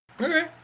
Okay